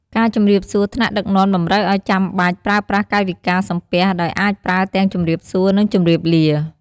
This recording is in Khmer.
ការជម្រាបសួរថ្នាក់ដឹកនាំតម្រូវឱ្យចាំបាច់ប្រើប្រាស់កាយវិការ សំពះ ដោយអាចប្រើទាំងជម្រាបសួរនិងជម្រាបលា។